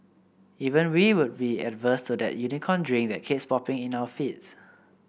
even we would be averse to that Unicorn Drink that keeps popping up in our feeds